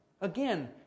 Again